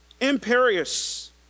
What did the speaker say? imperious